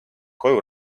koju